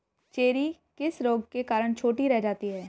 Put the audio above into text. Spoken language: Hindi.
चेरी किस रोग के कारण छोटी रह जाती है?